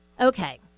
Okay